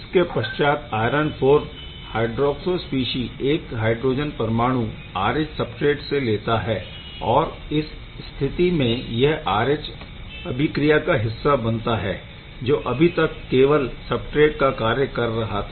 इसके पश्चात iron IV hydroxo species एक हाइड्रोजन परमाणु RH सबस्ट्रेट से लेता है और इस स्थिति में यह RH अभिक्रिया का हिस्सा बनता है जो अभी तक केवल सबस्ट्रेट का कार्य कर रहा था